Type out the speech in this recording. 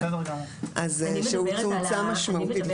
הוא --- משמעותית.